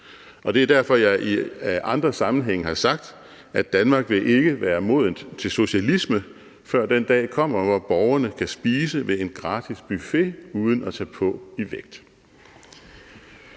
Og det er derfor, at jeg i andre sammenhænge har sagt, at Danmark ikke vil være modent til socialisme, før den dag kommer, hvor borgerne kan spise ved en gratis buffet uden at tage på i vægt.